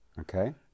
Okay